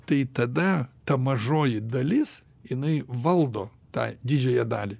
tai tada ta mažoji dalis jinai valdo tą didžiąją dalį